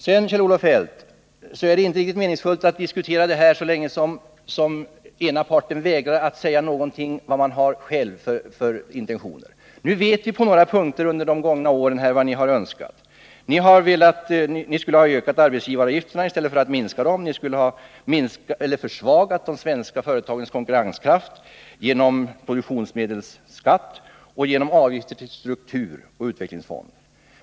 Sedan, Kjell-Olof Feldt, är det inte riktigt meningsfullt att diskutera detta så länge som den ena parten vägrar att säga någonting om sina egna intentioner. Nu vet vi vad ni under de gångna åren på några punkter har önskat. Ni ville öka arbetsgivaravgifterna i stället för att minska dem. Ni skulle ha försvagat de svenska företagens konkurrenskraft genom en produktionsfaktorsskatt och genom avgifter till strukturoch utvecklingsfonder.